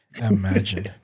imagine